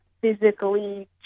physically